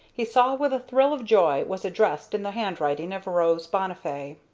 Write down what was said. he saw with a thrill of joy was addressed in the handwriting of rose bonnifay.